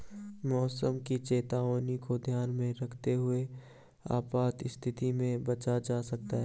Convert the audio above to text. मौसम की चेतावनी को ध्यान में रखते हुए आपात स्थिति से बचा जा सकता है